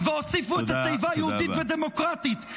-- והוסיפו את התיבה "יהודית ודמוקרטית".